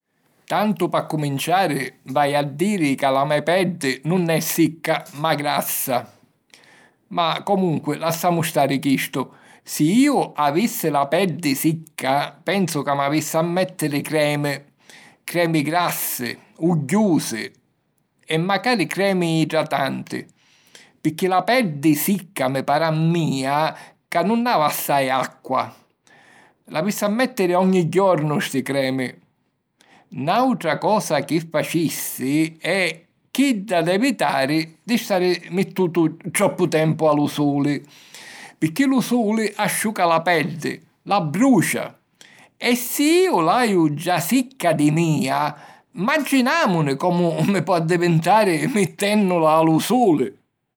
Tantu p'accuminciari, v'haju a diri ca la me peddi nun è sicca ma grassa. Ma, comunqui, làssamu stari chistu. Si iu avissi la peddi sicca, pensu ca m'avissi a mèttiri cremi; cremi grassi, ugghiusi e macari cremi idratanti, picchì la peddi sicca mi pari a mia ca nun havi assai acqua. L'avissi a mèttiri ogni jornu sti cremi. Nàutra cosa chi facissi è chidda d'evitari di stari mittutu troppu tempu a lu suli, picchì lu suli asciuca la peddi, l'abbrucia; e si iu l'haju già sicca di mia, mmaginàmuni comu mi po addivintari mittènnula a lu suli!